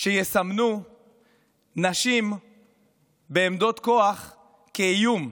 שיסמנו נשים בעמדות כוח כאיום.